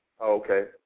Okay